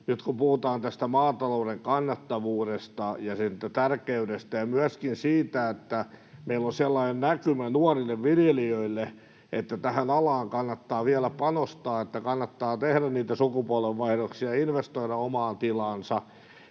nyt kun puhutaan tästä maatalouden kannattavuudesta ja sen tärkeydestä ja myöskin siitä, että meillä on sellainen näkymä nuorille viljelijöille, että tähän alaan kannattaa vielä panostaa, että kannattaa tehdä niitä sukupolvenvaihdoksia ja investoida omaan tilaansa,